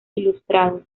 ilustrados